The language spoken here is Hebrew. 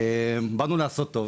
באנו לעשות טוב,